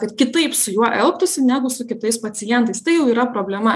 kad kitaip su juo elgtųsi negu su kitais pacientais tai jau yra problema